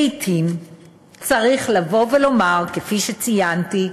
לעתים צריך לבוא ולומר, כפי שציינתי,